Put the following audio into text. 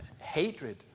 hatred